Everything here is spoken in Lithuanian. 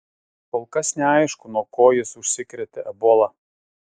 kol kas neaišku nuo ko jis užsikrėtė ebola